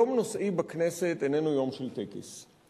יום נושאי בכנסת איננו יום של טקס.